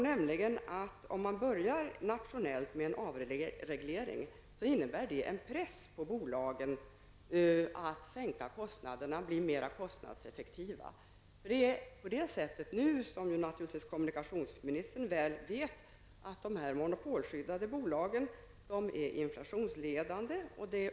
Börjar man nationellt med en avreglering, innebär det en press på bolagen att sänka kostnaderna och bli mer kostnadseffektiva. Som kommunikationsministern väl vet, är de monopolskyddade bolagen inflationsledande.